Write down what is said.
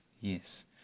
Yes